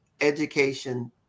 education